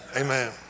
Amen